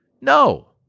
No